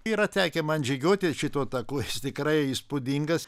yra tekę man žygiuoti šituo taku jis tikrai įspūdingas